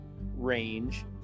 range